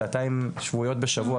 שעתיים שבועיות בשבוע,